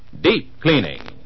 deep-cleaning